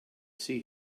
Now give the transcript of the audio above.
see